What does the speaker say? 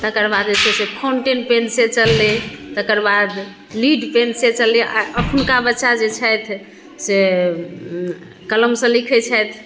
तकर बाद जे छै से फोंटेन पेन से चललै तकर बाद लीड पेन से चललै आ अखुनका बच्चा जे छथि से कलम सऽ लिखै छथि